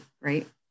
Right